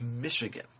Michigan